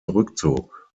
zurückzog